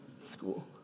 school